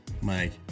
Mike